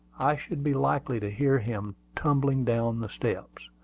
i should be likely to hear him tumbling down the steps.